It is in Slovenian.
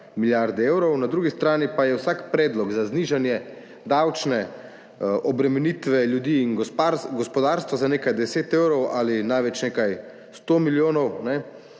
milijarde evrov, na drugi strani pa je vsak predlog za znižanje davčne obremenitve ljudi in gospodarstva za nekaj deset evrov ali največ nekaj sto milijonov